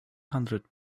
hundred